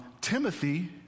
Timothy